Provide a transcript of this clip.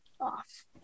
off